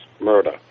murder